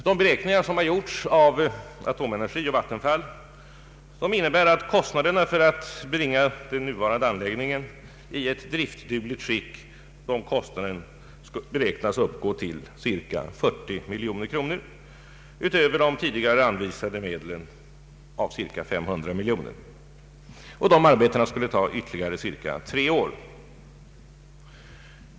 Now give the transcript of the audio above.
De beräkningar som gjorts av Atomenergi och Vattenfall innebär att kostnaderna för att bringa den nuvarande anläggningen i ett driftdugligt skick skulle uppgå till cirka 40 miljoner kronor utöver de tidigare anvisade medlen om cirka 500 miljoner kronor. Dessa arbeten skulle ta ytterligare cirka tre år.